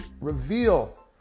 reveal